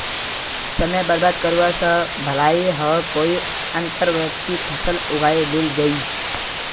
समय बर्बाद करवा स भला छ कोई अंतर्वर्ती फसल उगइ लिल जइ